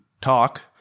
talk